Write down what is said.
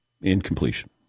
incompletion